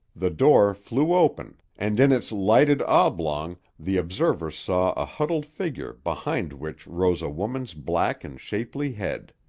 the door flew open and in its lighted oblong the observer saw a huddled figure behind which rose a woman's black and shapely head.